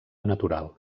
natural